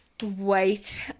white